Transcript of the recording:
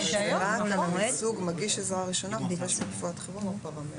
אגב, זה מכוח סמכויות שאנחנו עושים.